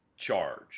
charge